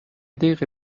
دقیقه